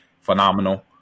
phenomenal